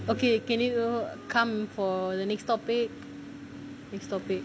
okay can you go come for the next topic next topic